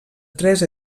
tres